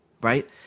right